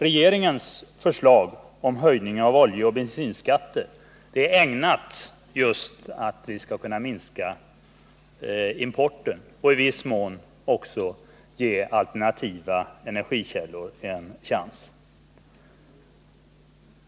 Regeringens förslag om höjning av oljeoch bensinskatter är just ägnat att leda till en minskning av importen och i viss mån också att ge alternativa energikällor en chans.